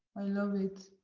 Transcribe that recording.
i love it.